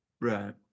Right